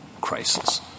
crisis